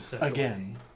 Again